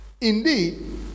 Indeed